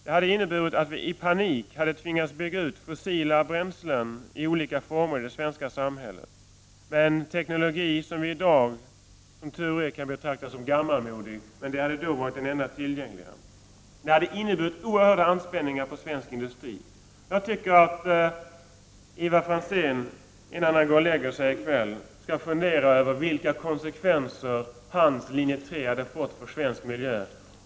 Det hade inneburit att vi i panik hade tvingats bygga ut användningen av fossila bränslen i olika former i det svenska samhället, med en teknologi som vi i dag, som tur är, kan betrakta som gammalmodig; det hade då varit den enda tillgängliga. Det hade inneburit oerhörda anspänningar för svensk industri. Jag tycker att Ivar Franzén, innan han går och lägger sig i kväll, skall fundera över vilka konsekvenser hans linje 3 hade fått för svensk miljö.